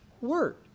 word